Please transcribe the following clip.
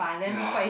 ya